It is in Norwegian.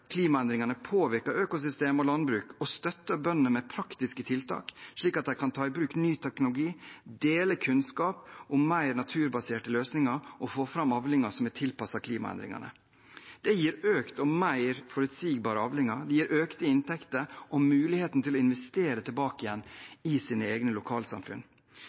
klimaendringene påvirker økosystemer og landbruk, og støtter bønder med praktiske tiltak, slik at de kan ta i bruk ny teknologi, dele kunnskap om mer naturbaserte løsninger og få fram avlinger som er tilpasset klimaendringene. Det gir økte og mer forutsigbare avlinger, økte inntekter og mulighet til å investere tilbake igjen i sine egne lokalsamfunn.